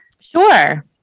sure